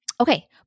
Okay